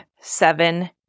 seven